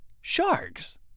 Sharks